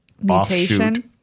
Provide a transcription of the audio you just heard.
Mutation